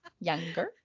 younger